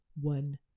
one